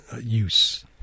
use